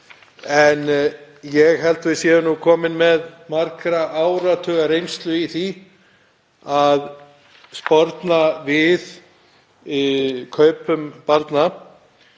en ég held að við séum komin með margra áratuga reynslu í því að sporna við kaupum barna